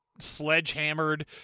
sledgehammered